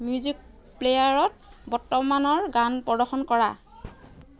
music প্লেয়াৰত বৰ্তমানৰ গান প্ৰদৰ্শন কৰা